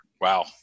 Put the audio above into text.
Wow